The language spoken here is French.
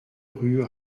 rue